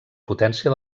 potència